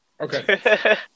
Okay